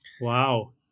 Wow